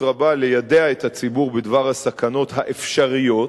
רבה ביידוע הציבור בדבר הסכנות האפשריות,